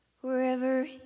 Wherever